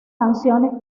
canciones